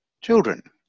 children